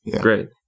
Great